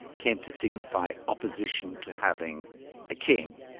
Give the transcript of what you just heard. came to signify opposition to having a king,